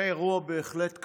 זה אירוע בהחלט קשה,